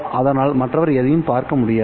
அதனால் மற்றவர் எதையும் பார்க்க முடியாது